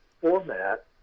format